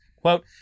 Quote